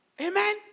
Amen